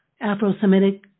Afro-Semitic